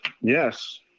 Yes